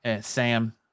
Sam